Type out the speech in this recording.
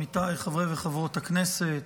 עמיתיי חברי וחברות הכנסת,